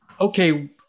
okay